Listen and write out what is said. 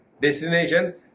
Destination